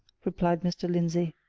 replied mr. lindsey.